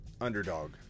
underdog